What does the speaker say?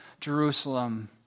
Jerusalem